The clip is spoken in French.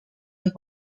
les